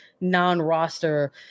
non-roster